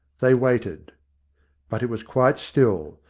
they waited but it was quite still,